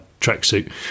tracksuit